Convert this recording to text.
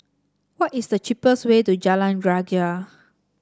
what is the cheapest way to Jalan Greja